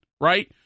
right